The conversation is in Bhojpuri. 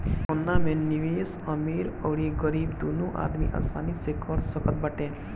सोना में निवेश अमीर अउरी गरीब दूनो आदमी आसानी से कर सकत बाटे